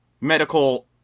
medical